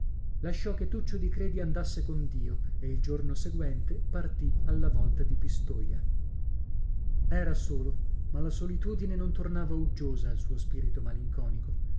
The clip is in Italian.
lasciò che tuccio di credi andasse con dio e il giorno seguente partì per alla volta di pistoia era solo ma la solitudine non tornava uggiosa al suo spirito malinconico